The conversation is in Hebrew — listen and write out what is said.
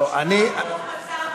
אני לא רבה עם אף אחד.